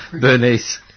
Bernice